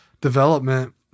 development